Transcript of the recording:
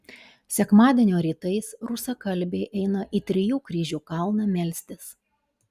sekmadienio rytais rusakalbiai eina į trijų kryžių kalną melstis